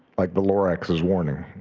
like the lorax's warning?